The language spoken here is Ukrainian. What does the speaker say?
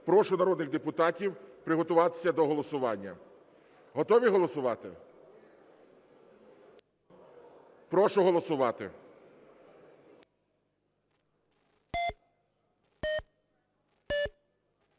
Прошу народних депутатів приготуватися до голосування. Готові голосувати? Прошу голосувати.